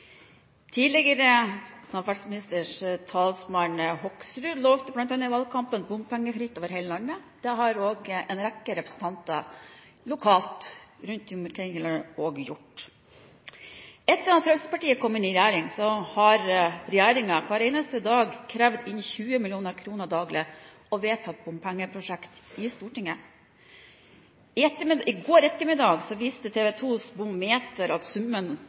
Tidligere samferdselspolitiske talsmann, Hoksrud, lovte bl.a. i valgkampen at det skulle bli bompengefritt over hele landet. Det har også en rekke representanter lokalt rundt om i landet gjort. Etter at Fremskrittspartiet kom inn i regjering, har regjeringen hver eneste dag krevd inn 20 mill. kr daglig og vedtatt bompengeprosjekt i Stortinget. I går ettermiddag viste TV 2s bomometer at summen